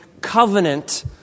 covenant